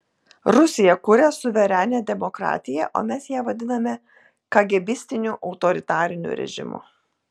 rusija kuria suverenią demokratiją o mes ją vadiname kagėbistiniu autoritariniu režimu